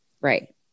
Right